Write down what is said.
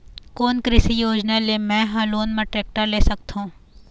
कोन कृषि योजना ले मैं हा लोन मा टेक्टर ले सकथों?